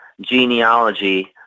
genealogy